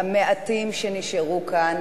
המעטים שנשארו כאן,